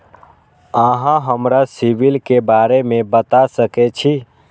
अहाँ हमरा सिबिल के बारे में बता सके छी?